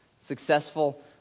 Successful